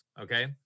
okay